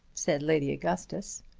said lady augustus.